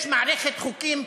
יש מערכת חוקים כפולה?